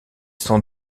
sans